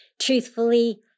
Truthfully